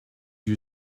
you